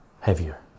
heavier